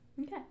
Okay